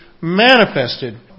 manifested